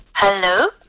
Hello